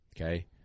Okay